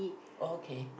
okay